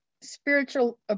spiritual